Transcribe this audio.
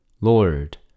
Lord